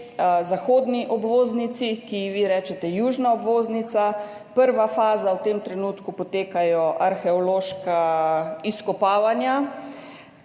zahodni obvoznici, ki ji vi rečete južna obvoznica, prva faza, v tem trenutku potekajo arheološka izkopavanja.